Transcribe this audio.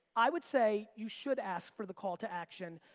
i would say you should ask for the call to action,